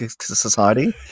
Society